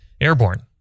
airborne